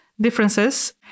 differences